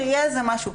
שיהיה משהו.